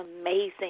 amazing